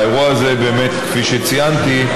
האירוע הזה, כפי שציינתי,